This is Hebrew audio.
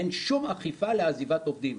אין שום אכיפה לעזיבת עובדים.